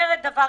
השרים.